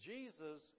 Jesus